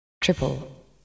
Triple